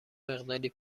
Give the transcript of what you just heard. مقداری